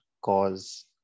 cause